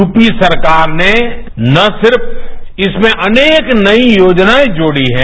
UP सरकार ने न सिर्फ इसमें अनेक नई योजनाएं जोड़ी हैं